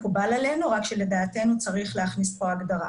מקובל עלינו אלא שלדעתנו צריך להכניס כאן הגדרה.